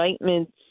indictments